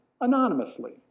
anonymously